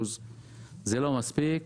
זה לא מספיק,